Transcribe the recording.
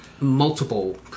multiple